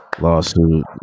lawsuit